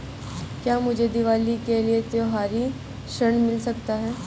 क्या मुझे दीवाली के लिए त्यौहारी ऋण मिल सकता है?